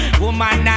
woman